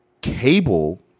cable